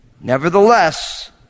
Nevertheless